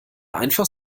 einfach